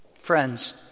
Friends